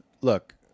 look